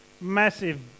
Massive